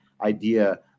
idea